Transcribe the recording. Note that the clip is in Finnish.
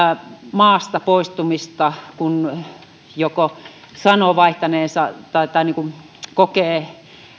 maasta poistamista kun sanoo jo vaihtaneensa seksuaalista suuntautumistaan tai kokee